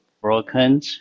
broken